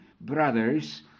brothers